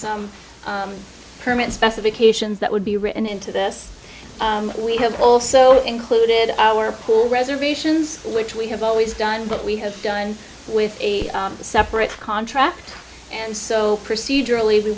some permit specifications that would be written into this we have also included our pool reservations which we have always done but we have done with a separate contract and so procedurally we